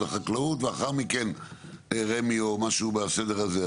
החקלאות ולאחר מכן רמ"י או משהו בסדר הזה.